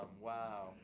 Wow